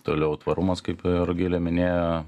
toliau tvarumas kaip rugilė minėjo